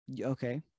Okay